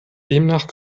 demnach